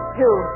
two